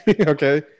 okay